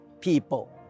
people